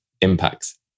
impacts